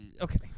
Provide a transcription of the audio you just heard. Okay